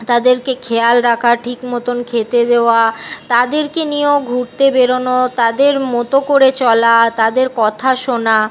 তাদেরকে খেয়াল রাখার ঠিক মতন খেতে দেওয়া তাদেরকে নিয়েও ঘুরতে বেরোনো তাদের মতো করে চলা তাদের কথা শোনা